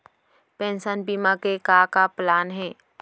Pension बीमा के का का प्लान हे?